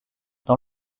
dans